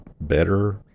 better